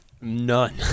None